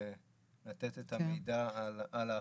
לתת את המידע על ההכנסות.